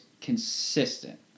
consistent